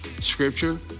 scripture